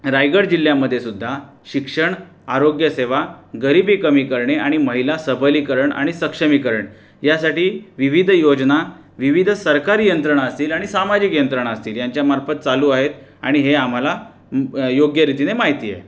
रायगड जिल्ह्यामध्येसुद्धा शिक्षण आरोग्य सेवा गरीबी कमी करणे आणि महिला सबलीकरण आणि सक्षमीकरण यासाठी विविध योजना विविध सरकारी यंत्रणा असतील आणि सामाजिक यंत्रणा असतील यांच्यामार्फत चालू आहेत आणि हे आम्हाला योग्य रीतीने माहिती आहे